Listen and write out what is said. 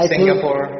Singapore